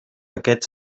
aquests